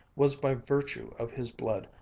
was by virtue of his blood,